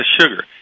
sugar